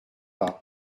pas